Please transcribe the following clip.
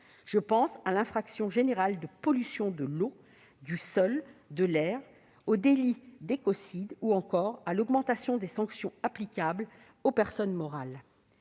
Je pense à l'infraction générale de pollution de l'eau, du sol, de l'air, au délit d'écocide ou encore à l'augmentation des sanctions applicables aux personnes morales.